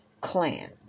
clan